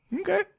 Okay